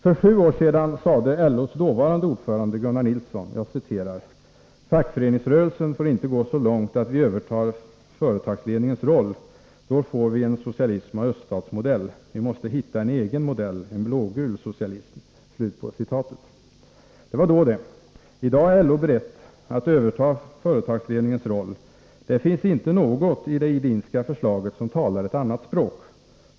För sju år sedan sade LO:s dåvarande ordförande Gunnar Nilsson: ”Fackföreningsrörelsen får inte gå så långt att vi övertar företagsledningens roll. Då får vi en socialism av öststatsmodell. Vi måste hitta en egen modell — en blågul socialism.” Det var då det. I dag är LO berett att överta företagsledningens roll. Det finns inte något i det ”Edinska förslaget” som talar ett annat språk.